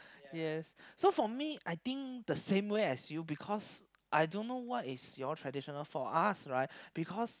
yes so for me I think the same way as you because I don't know what is your traditional for us right because